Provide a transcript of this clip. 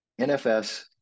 nfs